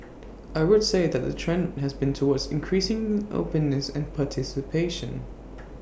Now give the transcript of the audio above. I would say that the trend has been towards increasing openness and participation